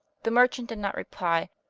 the merchant did not reply,